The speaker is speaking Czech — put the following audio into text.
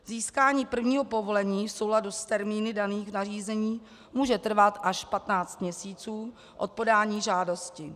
Získání prvního povolení v souladu s termíny daných nařízení může trvat až 15 měsíců od podání žádosti.